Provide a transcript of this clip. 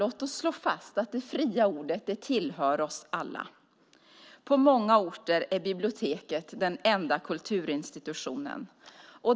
Låt oss slå fast att det fria ordet tillhör oss alla. På många orter är biblioteket den enda kulturinstitutionen.